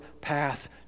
path